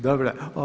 Dobro.